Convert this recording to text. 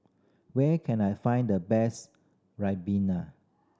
where can I find the best ribena